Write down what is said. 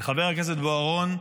חבר הכנסת בוארון,